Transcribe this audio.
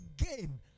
again